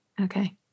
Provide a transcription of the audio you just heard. Okay